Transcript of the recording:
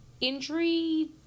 injury